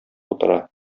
утыра